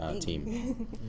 team